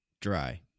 dry